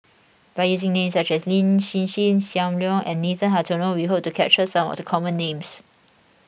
by using names such as Lin Hsin Hsin Sam Leong and Nathan Hartono we hope to capture some of the common names